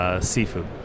seafood